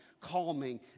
calming